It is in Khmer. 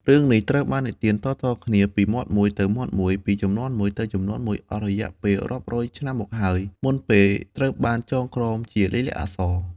រឿងនេះត្រូវបាននិទានតៗគ្នាពីមាត់មួយទៅមាត់មួយ ពីជំនាន់មួយទៅជំនាន់មួយ អស់រយៈពេលរាប់រយឆ្នាំមកហើយ មុនពេលត្រូវបានចងក្រងជាលាយលក្ខណ៍អក្សរ។